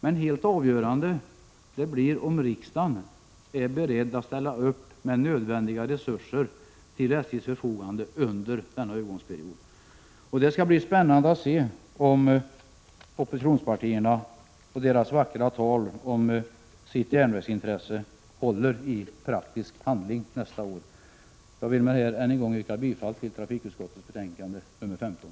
Men helt avgörande blir om riksdagen är beredd att ställa upp med nödvändiga resurser till SJ:s förfogande under denna övergångsperiod. Det skall bli spännande att se om oppositionspartiernas vackra tal om järnvägsintresset håller i praktisk handling nästa år. Med det anförda vill jag än en gång yrka bifall till hemställan i trafikutskottets betänkande 15.